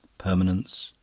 permanence,